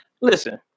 Listen